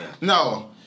No